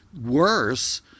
worse